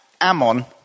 Ammon